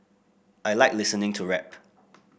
I like listening to rap